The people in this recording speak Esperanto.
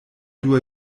dua